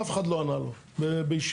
אף אחד לא ענה לו, בישיבה.